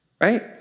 Right